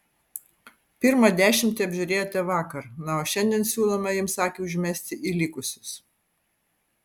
pirmą dešimtį apžiūrėjote vakar na o šiandien siūlome jums akį užmesti į likusius